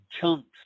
chunks